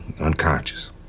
unconscious